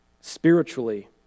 spiritually